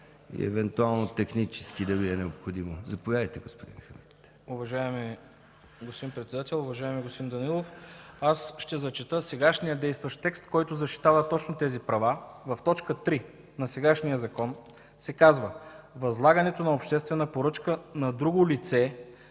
и евентуално „технически“ дали е необходимо. Заповядайте, господин Хамид.